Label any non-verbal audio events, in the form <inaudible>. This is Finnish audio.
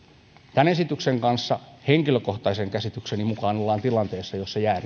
tämän esityksen kanssa henkilökohtaisen käsitykseni mukaan ollaan tilanteessa jossa jää <unintelligible>